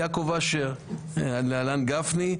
יעקב אשר, להלן גפני.